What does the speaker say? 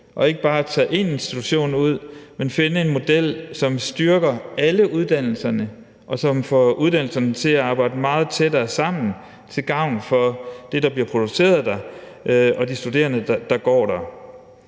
og ikke bare tage en institution ud, men finde en model, som styrker alle uddannelserne, og som får uddannelserne til at arbejde meget tættere sammen til gavn for det, der bliver produceret der, og de studerende, der går der?